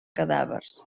cadàvers